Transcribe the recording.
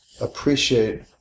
appreciate